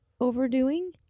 overdoing